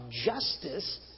justice